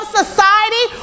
society